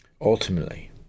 Ultimately